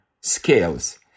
scales